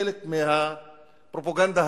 כחלק מהפרופגנדה